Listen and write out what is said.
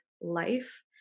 life